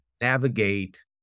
navigate